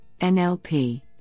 NLP